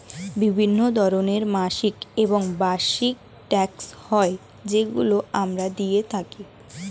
বিভিন্ন ধরনের মাসিক এবং বার্ষিক ট্যাক্স হয় যেগুলো আমরা দিয়ে থাকি